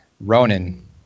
Ronan